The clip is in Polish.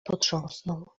potrząsnął